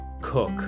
cook